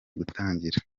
gutangira